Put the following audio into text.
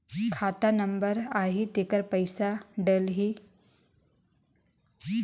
खाता नंबर आही तेकर पइसा डलहीओ?